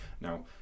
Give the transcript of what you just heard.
Now